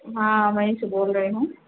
हाँ वहीं से बोल रही हूँ